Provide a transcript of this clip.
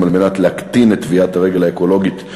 על מנת להקטין את טביעת הרגל האקולוגית שלה,